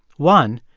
one,